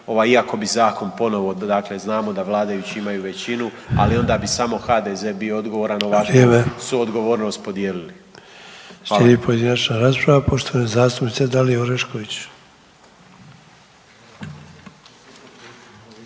iako bi zakon ponovo dakle znamo da vladajući imaju većinu, ali onda bi samo HDZ bio odgovoran, ovako su odgovornost podijelili. Hvala. **Sanader, Ante (HDZ)** Slijedi pojedinačna rasprava poštovane zastupnice Dalije Orešković.